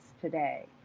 today